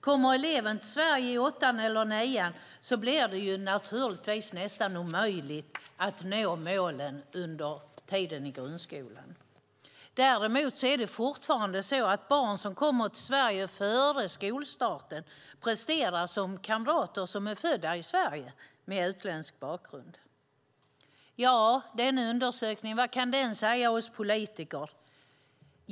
Kommer eleven till Sverige i åttan eller nian blir det naturligtvis nästan omöjligt att nå målen under tiden i grundskolan. Däremot är det fortfarande så att barn som kommer till Sverige före skolstarten presterar som kamrater som är födda i Sverige med utländsk bakgrund. Ja, vad kan den undersökningen säga oss politiker?